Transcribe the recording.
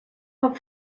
her